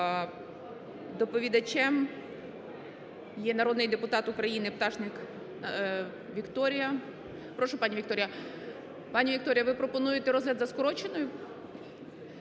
Доповідачем є народний депутат України Пташник Вікторія. Прошу, пане Вікторія. Пане Вікторія, ви пропонуєте розгляд за скороченою?